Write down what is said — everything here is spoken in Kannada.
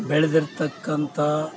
ಬೆಳ್ದಿರ್ತಕ್ಕಂಥ